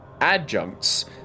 adjuncts